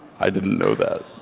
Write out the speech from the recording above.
i didn't know that.